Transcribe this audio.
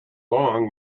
long